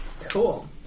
Cool